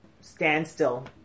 standstill